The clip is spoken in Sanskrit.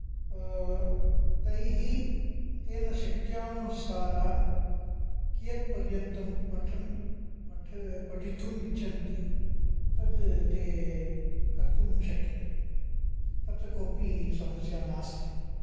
तैः तेन शक्यानुसारा कियत् पर्यन्तं पठन् पठितुं इच्छन्ति तद् ते कर्तुं शक्यते तत्र कोऽपि समस्या नास्ति